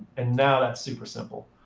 and now that's super simple.